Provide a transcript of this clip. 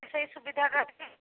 ସେହି ସୁବିଧାଟା ଟିକିଏ